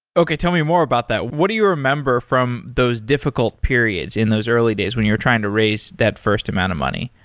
okay. tell me more about that. what do you remember from those difficult periods in those early days when you're trying to raise that first amount of money?